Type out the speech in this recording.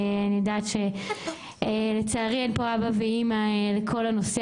אני יודעת שלצערי אין פה אבא ואימא לכל הנושא